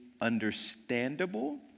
understandable